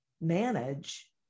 manage